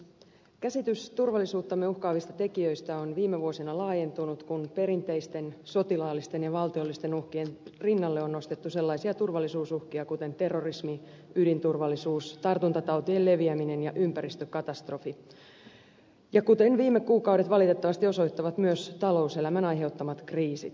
käsitys turvallisuuttamme uhkaavista tekijöistä on viime vuosina laajentunut kun perinteisten sotilaallisten ja valtiollisten uhkien rinnalle on nostettu sellaisia turvallisuusuhkia kuin terrorismi ydinturvallisuusuhkat tartuntatautien leviäminen ja ympäristökatastrofit ja kuten viime kuukaudet valitettavasti osoittavat myös talouselämän aiheuttamat kriisit